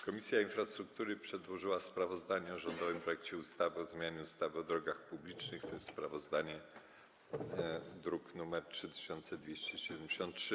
Komisja Infrastruktury przedłożyła sprawozdanie o rządowym projekcie ustawy o zmianie ustawy o drogach publicznych, druk nr 3273.